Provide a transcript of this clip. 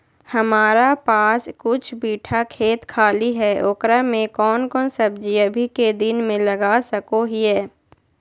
हमारा पास कुछ बिठा खेत खाली है ओकरा में कौन कौन सब्जी अभी के दिन में लगा सको हियय?